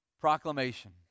proclamation